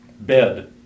bed